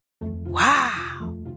Wow